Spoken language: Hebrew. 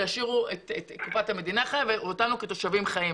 שישאירו את קופת המדינה חיה ואותנו כתושבים חיים.